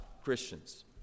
Christians